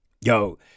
Yo